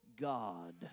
God